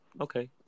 Okay